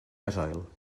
gasoil